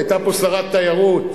היתה פה שרת תיירות,